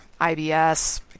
IBS